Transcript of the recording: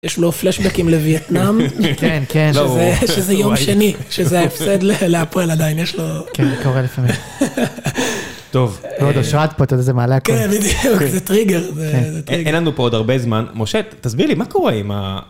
יש לו פלשבקים לויטנאם, כן, כן, שזה יום שני, שזה ההפסד להפועל עדיין, יש לו... כן, קורה לפעמים. טוב. ועוד השואה פה, אתה יודע, זה מעלה. כן, בדיוק, זה טריגר. אין לנו פה עוד הרבה זמן. משה, תסביר לי, מה קורה עם...